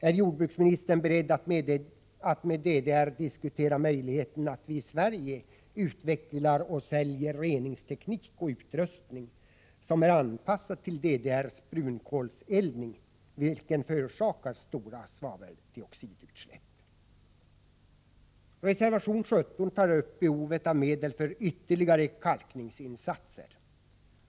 Är jordbruksministern beredd att med DDR diskutera möjligheten att vi i Sverige utvecklar och säljer reningsteknik och utrustning som är anpassad till DDR:s brunkolseldning, vilken förorsakar stora svaveldioxidutsläpp? Reservation 17 tar upp behovet av medel för ytterligare kalkningsinsatser.